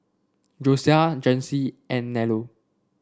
Josiah Jaycee and Nello